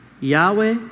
Yahweh